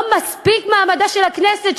לא מספיק שמעמדה של הכנסת,